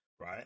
right